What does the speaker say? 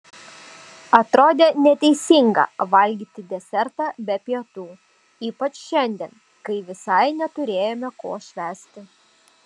atrodė neteisinga valgyti desertą be pietų ypač šiandien kai visai neturėjome ko švęsti